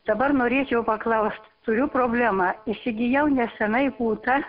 dabar norėčiau paklausti turiu problemą įsigijau neseniai būtą